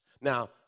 Now